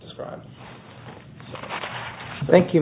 describe thank you